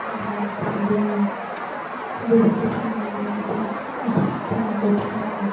जा दुखु मोनबाय आङो बेबायदि फाननो नाङामोन एफा असाइस सनाखौ एफा दामनि